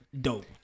dope